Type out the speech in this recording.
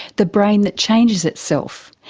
the brain that changes itself,